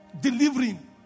delivering